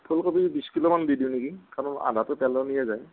ফুলকবি বিশ কিলো মান দি দিওঁ নেকি কাৰণ আধাতো পেলনিয়ে যায়